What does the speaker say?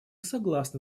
согласны